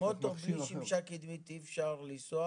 בלי שמשה קדמית אי אפשר לנסוע